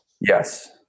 Yes